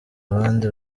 abandi